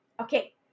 Okay